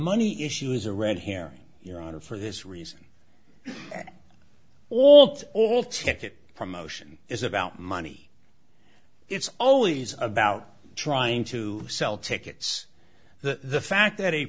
money issue is a red herring your honor for this reason ault all ticket promotion is about money it's always about trying to sell tickets the fact that a